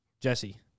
Jesse